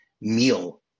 meal